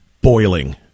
boiling